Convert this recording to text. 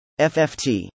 FFT